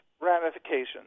ramifications